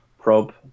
probe